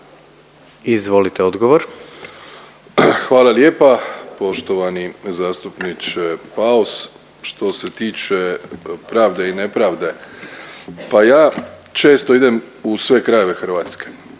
Andrej (HDZ)** Hvala lijepa. Poštovani zastupniče Paus, što se tiče pravde i nepravde, pa ja često idem u sve krajeve Hrvatske